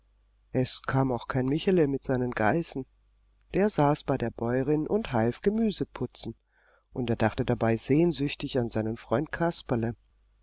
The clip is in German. es kam auch kein michele mit seinen geißen der saß bei der bäuerin und half gemüse putzen und er dachte dabei sehnsüchtig an seinen freund kasperle